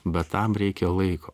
bet tam reikia laiko